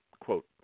Quote